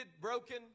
broken